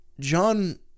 John